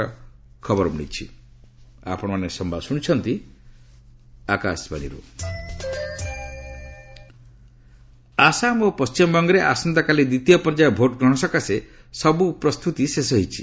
ଡବ୍ଲି Assam election Assam ଓ ପଶ୍ଚିମବଙ୍ଗରେ ଆସନ୍ତାକାଲି ଦ୍ୱିତୀୟ ପର୍ଯ୍ୟାୟ ଭୋଟ୍ ଗ୍ରହଣ ସକାଶେ ସବୁ ପ୍ରସ୍ତୁତି ଶେଷ ହୋଇଛି